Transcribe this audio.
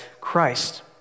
Christ